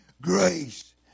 Grace